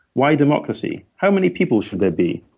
why democracy? how many people should there be?